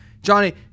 Johnny